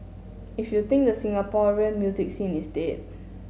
if you think the Singaporean music scene is dead